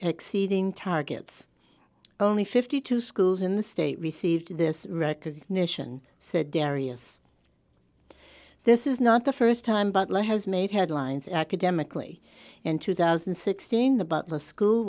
exceeding targets only fifty two schools in the state received this record nation said areas this is not the st time butler has made headlines academically in two thousand and sixteen the butler school